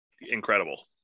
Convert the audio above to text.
incredible